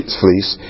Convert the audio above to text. fleece